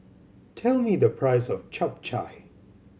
tell me the price of Chap Chai